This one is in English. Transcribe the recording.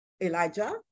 Elijah